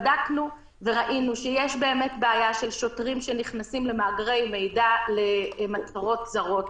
בדקנו וראינו שיש באמת בעיה של שוטרים שנכנסים למאגרי מידע למטרות זרות.